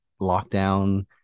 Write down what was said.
lockdown